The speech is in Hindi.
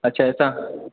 अच्छा ऐसा